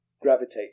gravitate